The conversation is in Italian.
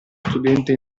studente